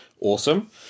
Awesome